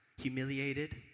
humiliated